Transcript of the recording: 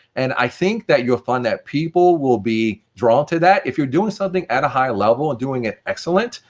and i think you will find that people will be drawn to that. if you're doing something at a higher level and doing it excellent,